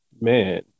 man